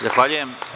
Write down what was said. Zahvaljujem.